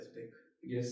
Yes